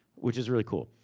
which is really cool.